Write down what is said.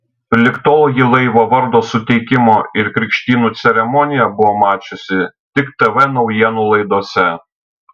lig tol ji laivo vardo suteikimo ir krikštynų ceremoniją buvo mačiusi tik tv naujienų laidose